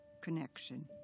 connection